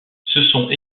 sont